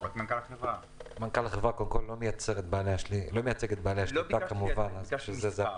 מנכ"ל החברה לא מייצג את בעלי השליטה בדבר הזה.